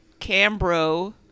Cambro